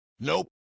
Nope